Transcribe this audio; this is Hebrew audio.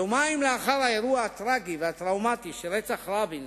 יומיים לאחר האירוע הטרגי והטראומטי של רצח רבין,